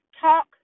talk